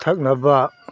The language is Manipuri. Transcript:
ꯊꯛꯅꯕ